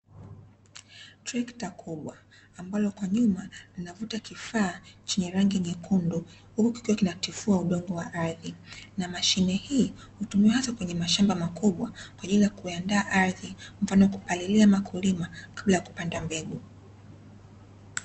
Treta kubwa, ambalo kwa nyuma linavuta kifaa chenye rangi nyekundu, huku kikiwa kinatifua udongo wa ardhi. Na mashine hii hutumiwa hata katika mashamba makubwa kwa ajili ya kuandaa ardhi, mfano kupalilia au kulima kabla ya kupanda mbegu.